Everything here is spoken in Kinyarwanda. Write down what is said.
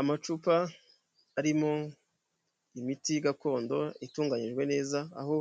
Amacupa arimo imiti gakondo itunganyijwe neza aho